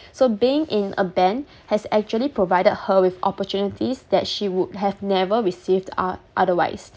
so being in a band has actually provided her with opportunities that she would have never received o~ otherwise